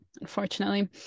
unfortunately